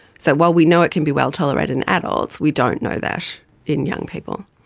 so while we know it can be well tolerated in adults, we don't know that in young people.